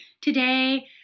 today